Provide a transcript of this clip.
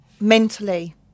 mentally